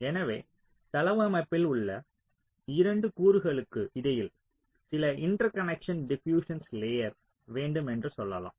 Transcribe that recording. எனவே தளவமைப்பில் உள்ள 2 கூறுகளுக்கு இடையில் சில இன்டர்கனேக்ஷன் டிபியூஸ்சன் லேயர் வேண்டும் என்று சொல்லலாம்